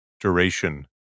Duration